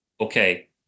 Okay